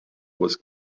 was